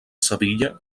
sevilla